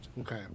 Okay